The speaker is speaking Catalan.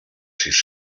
sis